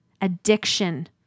addiction